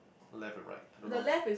left and right I don't know how to say